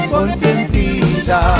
Consentida